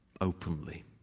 openly